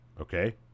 okay